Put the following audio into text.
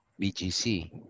BGC